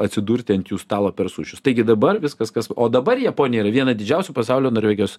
atsidurti ant jų stalo per sušius taigi dabar viskas kas o dabar japonija yra viena didžiausių pasaulio norvegijos